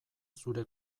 zure